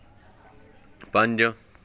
ਪੰਜ